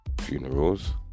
Funerals